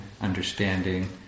understanding